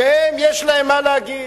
שיש להם מה להגיד.